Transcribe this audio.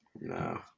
No